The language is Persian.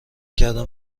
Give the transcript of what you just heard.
کردن